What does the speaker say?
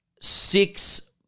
six